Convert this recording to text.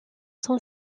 son